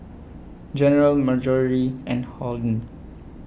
General Marjorie and Holden